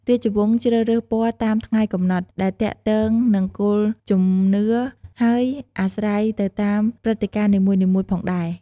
រាជវង្សជ្រើសរើសពណ៌តាមថ្ងៃកំណត់ ដែលទាក់ទងនឹងគោលជំនឿ ហើយអាស្រ័យទៅតាមព្រឹត្តិការណ៍នីមួយៗផងដែរ។